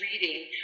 reading